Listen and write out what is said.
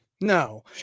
No